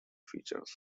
features